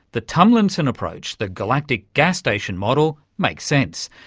the tumlinson approach the galactic gas station model makes sense,